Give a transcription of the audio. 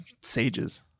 sages